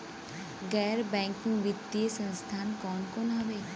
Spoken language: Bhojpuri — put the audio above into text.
गैर बैकिंग वित्तीय संस्थान कौन कौन हउवे?